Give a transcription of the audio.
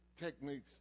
techniques